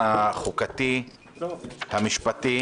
החוקתי-המשפטי